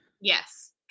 yes